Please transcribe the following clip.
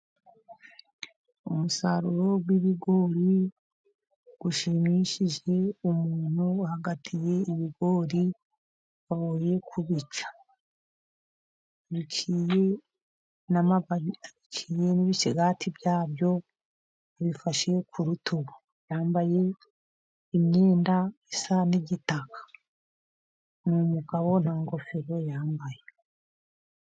Umusaruro w'ibigori ushimishije. Umuntu uhagatiye ibigori avuye kubica, yacuye n'ibicigati byabyo abifashe ku rutugu, yambaye imyenda isa n'igitaka, ni umugabo nta ngofero yambaye.